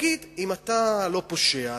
אם אתה לא פושע,